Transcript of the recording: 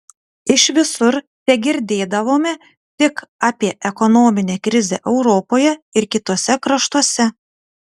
iš visur tegirdėdavome tik apie ekonominę krizę europoje ir kituose kraštuose